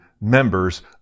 members